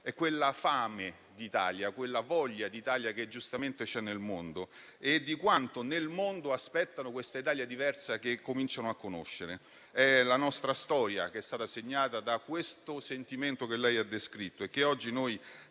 di quella fame d'Italia, di quella voglia di Italia che giustamente c'è nel mondo e di quanto nel mondo aspettano questa Italia diversa che cominciano a conoscere. È la nostra storia che è stata segnata da questo sentimento che lei ha descritto e che oggi noi